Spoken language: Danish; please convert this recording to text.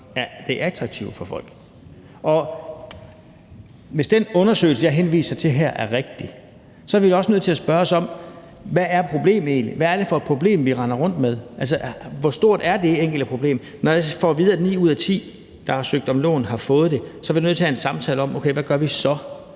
som er attraktivt for folk. Hvis den undersøgelse, jeg henviser til her, er rigtig, er vi også nødt til at spørge os om: Hvad er problemet egentlig? Hvad er det for et problem, vi render rundt med? Altså, hvor stort er det enkelte problem? Når jeg får at vide, at ni ud af ti, der har søgt om lån, har fået det, så er vi nødt til at have en samtale om, hvad vi så